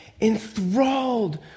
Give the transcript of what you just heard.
enthralled